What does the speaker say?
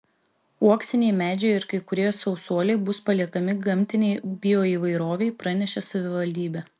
uoksiniai medžiai ir kai kurie sausuoliai bus paliekami gamtinei bioįvairovei pranešė savivaldybė